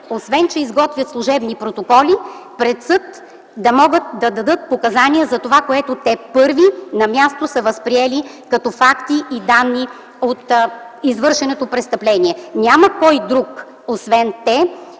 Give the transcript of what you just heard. освен че изготвят служебни протоколи, да могат да дадат показания пред съд за това, което те първи на място са възприели като факти и данни от извършеното престъпление. Няма кой друг освен те,